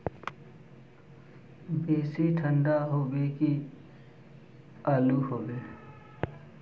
बेसी ठंडा होबे की आलू होबे